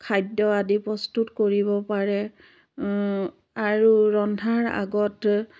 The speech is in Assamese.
খাদ্য আদি প্ৰস্তুত কৰিব পাৰে আৰু ৰন্ধাৰ আগত